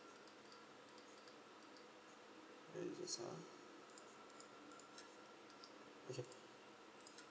where is it ah okay